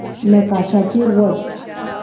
नकाशाचेर वच